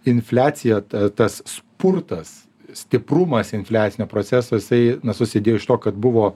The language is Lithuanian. infliacija tas spurtas stiprumas infliacinio proceso jisai na susidėjo iš to kad buvo